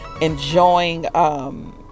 enjoying